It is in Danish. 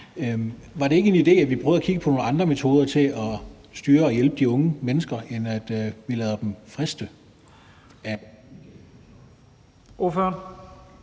Var det ikke en idé, at vi prøvede at kigge på nogle andre metoder til at styre og hjælpe de unge mennesker, end at vi lader dem blive